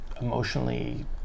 emotionally